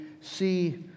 see